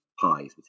pies